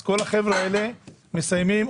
כל החבר'ה האלה מסיימים,